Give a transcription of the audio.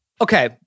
Okay